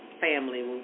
family